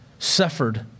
suffered